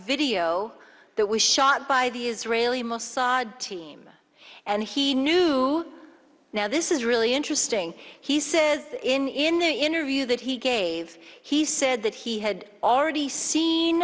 video that was shot by the israeli mossad team and he knew now this is really interesting he says in the interview that he gave he said that he had already seen